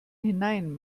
hinein